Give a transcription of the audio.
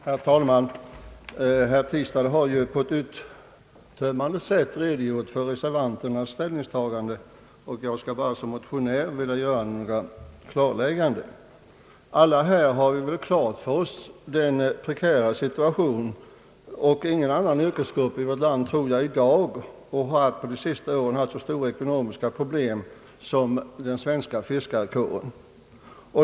Herr talman! Herr Tistad har på ett uttömmande sätt redogjort för reservanternas ställningstagande. Jag skullei min egenskap av motionär endast vilja göra några klarlägganden. Alla i denna kammare är väl på det klara med den prekära situation som fiskarna befinner sig i. Ingen annan yrkesgrupp i vårt land har i dag eller har under de senaste åren haft så stora ekonomiska problem som den svenska fiskarkåren.